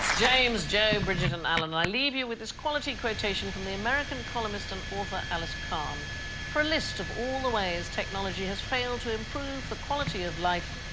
james jo bridget and alan. i leave you with this quality quotation from the american columnist and author alice kahn for a list of all the ways technology has failed to improve the quality of life,